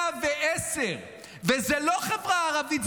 110%. וזו לא החברה הערבית,